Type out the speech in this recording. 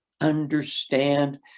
understand